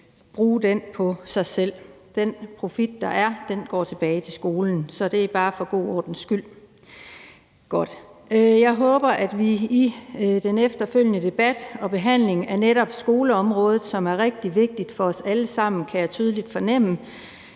bruge den på sig selv. Den profit, der er, går tilbage til skolen. Det er bare for god ordens skyld. Godt. Jeg håber, at vi i den efterfølgende debat og behandling af netop skoleområdet, som er rigtig vigtigt for os alle sammen, som jeg tydeligt kan fornemme,